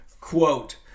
quote